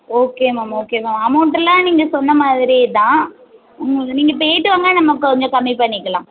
okay ma'am okay ma'am அமௌண்ட்டெல்லாம் நீங்கள் சொன்ன மாதிரி தான் நீங்கள் இப்போ போய்விட்டு வாங்க நம்ம கொஞ்சம் கம்மி பண்ணிக்கலாம்